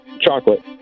Chocolate